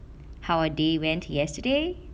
how our day went yesterday